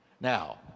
Now